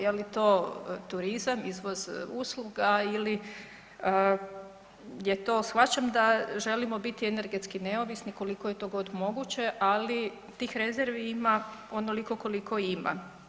Je li to turizam, izvoz usluga ili je to, shvaćam da želimo biti energetski neovisni koliko je to god moguće ali tih rezervi ima onoliko koliko ima.